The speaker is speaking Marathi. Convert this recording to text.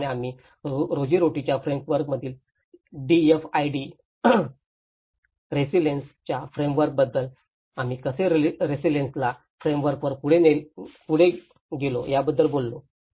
त्याचप्रमाणे आम्ही रोजीरोटीच्या फ्रेमवर्कमधील DFID रेसिलेन्स च्या फ्रेमवर्कबद्दल आम्ही कसे रेसिलेन्सला फ्रेमवर्कवर पुढे गेलो याबद्दल बोललो